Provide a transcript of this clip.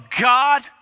God